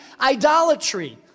idolatry